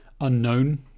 unknown